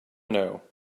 know